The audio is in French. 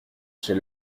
j’ai